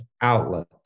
outlet